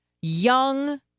Young